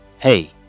Hey